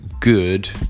good